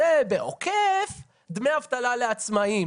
זה בעוקף דמי אבטלה לעצמאיים,